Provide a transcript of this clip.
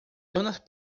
zonas